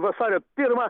vasario pirmą